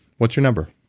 what's your number?